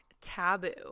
Taboo